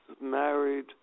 married